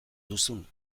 duzun